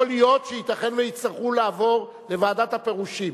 יכול להיות שייתכן שיצטרכו לעבור לוועדת הפירושים.